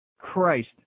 Christ